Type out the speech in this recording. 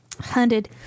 hunted